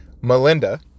Melinda